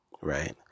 Right